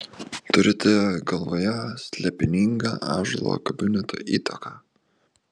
turite galvoje slėpiningą ąžuolo kabineto įtaką